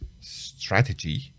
strategy